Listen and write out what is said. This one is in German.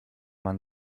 man